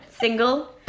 single